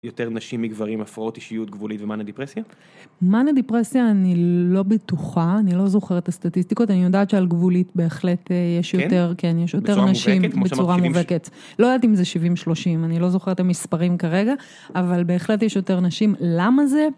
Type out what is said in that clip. יותר נשים מגברים הפרעות אישיות גבולית ומאנה דיפרסיה? מאנה דיפרסיה אני לא בטוחה, אני לא זוכרת את הסטטיסטיקות, אני יודעת שעל גבולית בהחלט יש יותר, כן, כן יש יותר נשים, בצורה מובהקת.בצורה מובהקת, לא יודעת אם זה 70-30, אני לא זוכרת את המספרים כרגע, אבל בהחלט יש יותר נשים. למה זה?